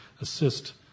assist